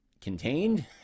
contained